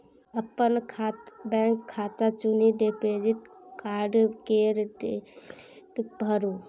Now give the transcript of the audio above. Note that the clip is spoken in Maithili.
अपन बैंक खाता चुनि डेबिट कार्ड केर डिटेल भरु